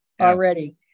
already